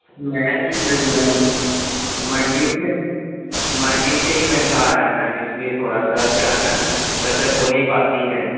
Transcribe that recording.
میم منڈی سے منڈی سے ہی مہنگا آ رہا ہے میم اِس لیے تھوڑا سا کیا ہے نا بچت ہو نہیں پاتی ہے